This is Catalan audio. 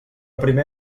primer